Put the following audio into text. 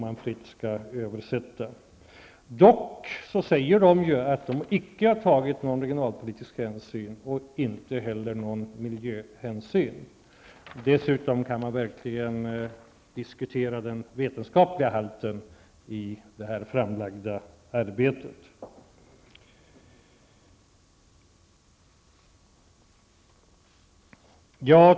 Man säger dock att det varken har tagits någon regionalpolitisk hänsyn eller någon miljöhänsyn. Därför kan verkligen den vetenskapliga kvaliteten i detta arbete ifrågasättas.